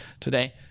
today